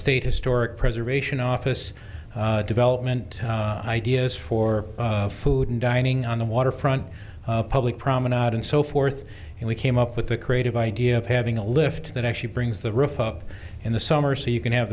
state historic preservation office development ideas for food and dining on the waterfront public promenade and so forth and we came up with the creative idea of having a lift that actually brings the roof up in the summer so you can have